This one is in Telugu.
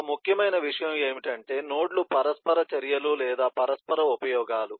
ఒక ముఖ్యమైన విషయం ఏమిటంటే నోడ్ లు పరస్పర చర్యలు లేదా పరస్పర ఉపయోగాలు